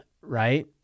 right